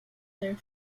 their